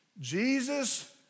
Jesus